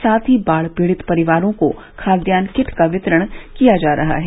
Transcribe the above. साथ ही बाढ़ पीड़ित परिवारों को खाद्यान किट का वितरण किया जा रहा है